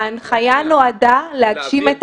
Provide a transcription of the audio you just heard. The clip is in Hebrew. ההנחיה נועדה להגשים גם את